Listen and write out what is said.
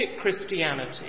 Christianity